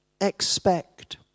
expect